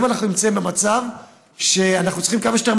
היום אנחנו נמצאים במצב שאנחנו צריכים כמה שיותר